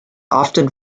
often